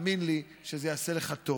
תאמין לי שזה יעשה לך טוב,